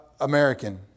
American